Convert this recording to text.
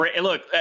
look